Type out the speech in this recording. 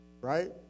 right